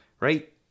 Right